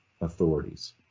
authorities